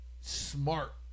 smart